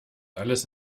alles